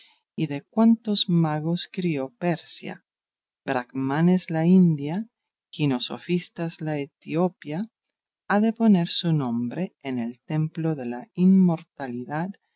y de cuantos magos crió persia bracmanes la india ginosofistas la etiopía ha de poner su nombre en el templo de la inmortalidad